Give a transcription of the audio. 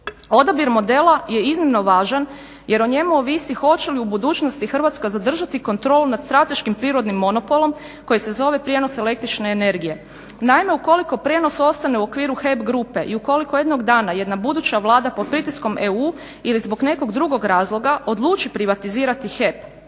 Odabir modela je iznimno važan jer o njemu ovisi hoće li u budućnosti Hrvatska zadržati kontrolu nad strateškim prirodnim monopolom koji se zove prijenos električne energije. Naime, ukoliko prijenos ostane u okviru HEP grupe i ukoliko jednog dana jedna buduća Vlada pod pritiskom EU ili zbog nekog drugog razloga odluči privatizirati HEP